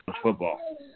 football